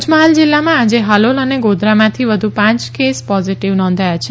પંચમહાલ જિલ્લામાં આજે હાલોલ અને ગોધરામાંથી વધુ પાંચ પોઝીટીવ કેસ નોંધાયા છે